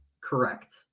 Correct